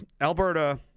Alberta